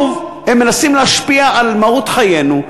הם מנסים להשפיע על מהות חיינו,